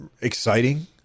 exciting